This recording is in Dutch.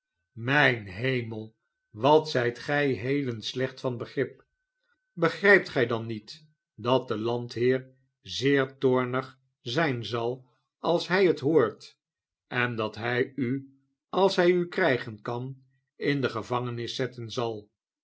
mijn hemel wat zijt gij heden slecht van begrip begrijpt gij dan niet dat de landheer zeer toornig zijn zal als hij het hoort en dat hij u als hij u krijgen kan in de gevangenis zetten zal